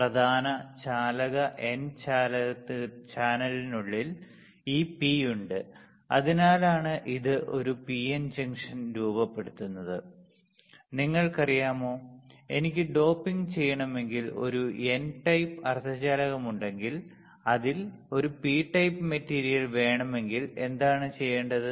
പ്രധാന ചാലക എൻ ചാനലിനുള്ളിൽ ഈ പി ഉണ്ട് അതിനാലാണ് ഇത് ഒരു പിഎൻ ജംഗ്ഷൻ രൂപപ്പെടുത്തുന്നത് നിങ്ങൾക്കറിയാമോ എനിക്ക് ഡോപ്പിംഗ് ചെയ്യണമെങ്കിൽ ഒരു എൻ ടൈപ്പ് അർദ്ധചാലകമുണ്ടെങ്കിൽ അതിൽ ഒരു പി ടൈപ്പ് മെറ്റീരിയൽ വേണമെങ്കിൽ എന്താണ് ചെയ്യേണ്ടത്